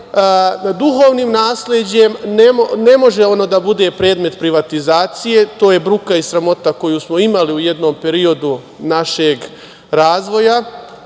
Duhovnim nasleđem ne može ono da bude predmet privatizacije. To je bruka i sramota koju smo imali u jednom periodu našeg razvoja.